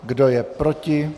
Kdo je proti?